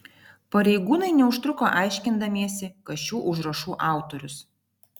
pareigūnai neužtruko aiškindamiesi kas šių užrašų autorius